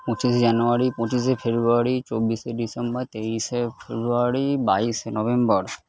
পঁচিশে জানুয়ারি পঁচিশে ফেব্রুয়ারি চব্বিশে ডিসেম্বর তেইশে ফেব্রুয়ারি বাইশে নভেম্বর